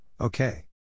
okay